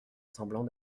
semblant